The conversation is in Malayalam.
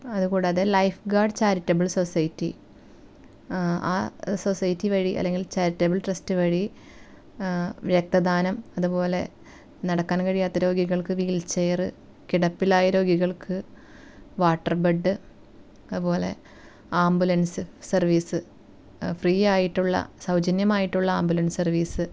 അതു കൂടാതെ ലൈഫ് ഗാർഡ് ചാരിറ്റബിൾ സൊസൈറ്റി ആ സൊസൈറ്റി വഴി അല്ലെങ്കിൽ ചാരിറ്റബിൾ ട്രസ്റ്റ് വഴി രക്തദാനം അതുപോലെ നടക്കാൻ കഴിയാത്ത രോഗികൾക്ക് വീൽ ചെയറ് കിടപ്പിലായ രോഗികൾക്ക് വാട്ടർ ബെഡ് അതുപോലെ ആംബുലൻസ് സർവീസ് ഫ്രീ ആയിട്ടുള്ള സൗജന്യമായിട്ടുള്ള ആംബുലൻസ് സർവീസ്